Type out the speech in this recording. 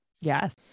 Yes